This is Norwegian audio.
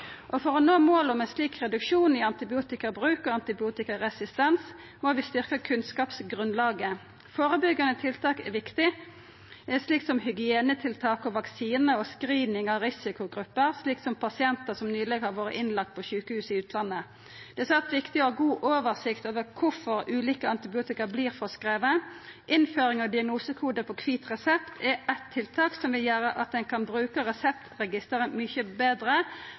For å nå målet om ein slik reduksjon i antibiotikabruk og antibiotikaresistens må vi styrkja kunnskapsgrunnlaget. Førebyggjande tiltak er viktig, slik som hygienetiltak, vaksiner og screening av risikogrupper – som pasientar som nyleg har vore innlagde på sjukehus i utlandet. Det er svært viktig å ha god oversikt over kvifor ulike antibiotika vert føreskrive. Innføring av diagnosekode på kvit resept er eit tiltak som vil gjera at ein kan bruka reseptregistret mykje betre,